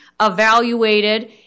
evaluated